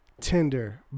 Tinder